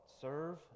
serve